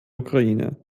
ukraine